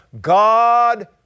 God